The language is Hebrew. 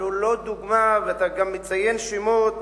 אנחנו לא דוגמה, ואתה גם מציין שמות.